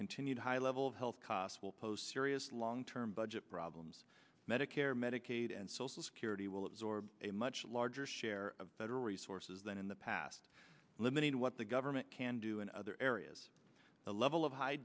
continued high level of health costs will pose serious long term budget problems medicare medicaid and social security will absorb a much larger share of federal resources than in the past limiting what the government can do in other areas the level of high